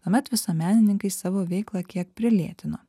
tuomet visuomenininkai savo veiklą kiek prilėtino